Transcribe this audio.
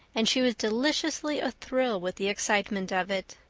and she was deliciously athrill with the excitement of it.